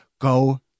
go